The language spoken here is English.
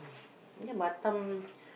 ya Batam